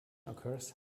occurs